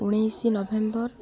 ଉଣେଇଶି ନଭେମ୍ବର